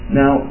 now